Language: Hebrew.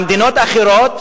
במדינות אחרות